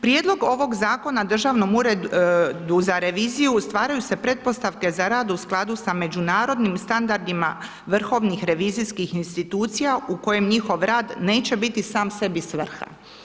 Prijedlog ovog zakona Državnog ureda za reviziju stvaraju se pretpostavke za rad u skladu sa međunarodnim standardima vrhovnih revizijskih institucija u kojem njihov rad neće biti sam sebi svrha.